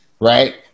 right